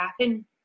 happen